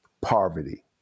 poverty